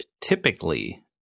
Typically